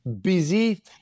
busy